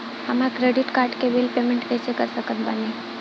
हमार credit card के bill payment कइसे कर सकत बानी?